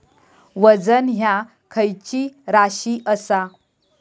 वजन ह्या खैची राशी असा?